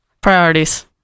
priorities